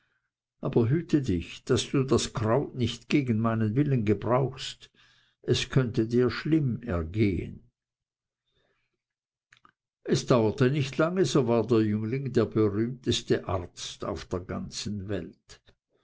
aber hüte dich daß du das kraut nicht gegen meinen willen gebrauchst es könnte dir schlimm ergehen es dauerte nicht lange so war der jüngling der berühmteste arzt auf der ganzen welt